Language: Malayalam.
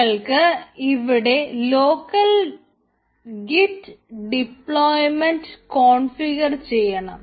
നമ്മൾക്ക് ഇവിടെ ലോക്കൽ ഗിറ്റ് ഡിപ്ലോയിമെൻറ് കോൺഫിഗർ ചെയ്യണം